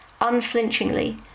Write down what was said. unflinchingly